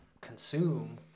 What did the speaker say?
consume